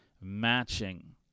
matching